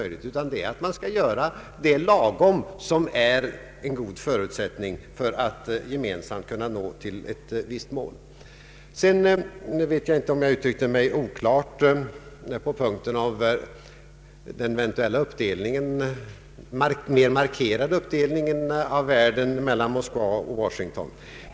Jag vet inte om jag uttryckte mig oklart beträffande den eventuella mer markerade uppdelningen av världen mellan Moskva och Washington.